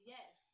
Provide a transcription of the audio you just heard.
Yes